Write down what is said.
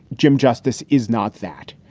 jim, justice is not that.